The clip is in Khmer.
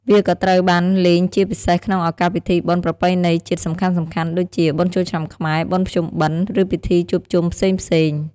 វាក៏ត្រូវបានលេងជាពិសេសក្នុងឱកាសពិធីបុណ្យប្រពៃណីជាតិសំខាន់ៗ ដូចជា បុណ្យចូលឆ្នាំខ្មែរ បុណ្យភ្ជុំបិណ្ឌ ឬពិធីជួបជុំផ្សេងៗ។